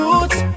Roots